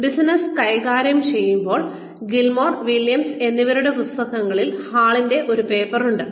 അതിനാൽ ബിസിനസ്സ് കൈകാര്യം ചെയ്യുമ്പോൾ ഗിൽമോർ വില്യംസ് എന്നിവരുടെ പുസ്തകത്തിൽ ഹാളിന്റെ ഒരു പേപ്പർ ഉണ്ട്